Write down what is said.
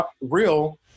real